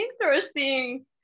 interesting